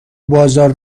بازار